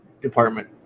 department